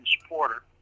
supporter